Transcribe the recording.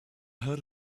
heard